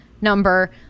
number